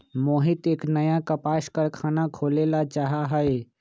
मोहित एक नया कपास कारख़ाना खोले ला चाहा हई